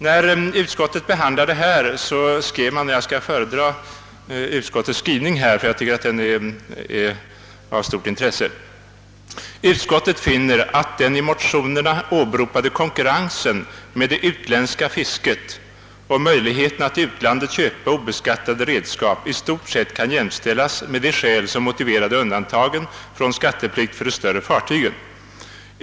När utskottet behandlade ärendet skrev utskottet följande, som jag vill föredra därför att jag tycker att det är av så stort intresse: » Utskottet finner att den i motionerna åberopade konkurrensen med det utländska fisket och möjligheten att i utlandet köpa obeskattade redskap i stort sett kan jämställas med de skäl som motiverade undantagen från skatteplikt för de större fartygen.